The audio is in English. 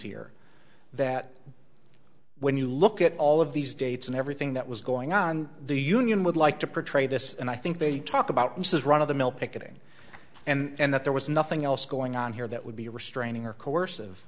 here that when you look at all of these dates and everything that was going on the union would like to portray this and i think they talk about it says run of the mill picketing and that there was nothing else going on here that would be restraining or co